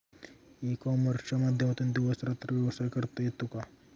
E कॉमर्सच्या माध्यमातून दिवस रात्र व्यवसाय करता येतो का?